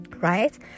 right